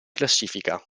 classifica